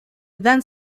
van